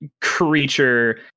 creature